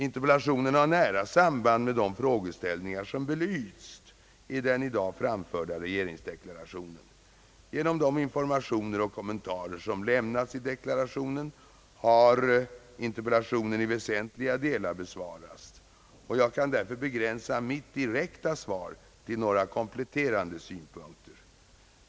Interpellationen har nära samband med de frågeställningar som belysts i den i dag framförda regeringsdeklarationen. Genom de informationer och kommentarer som lämnats i deklarationen har interpellationen i väsentliga delar besvarats, och jag kan därför begränsa mitt direkta svar till några kompletterande synpunkter.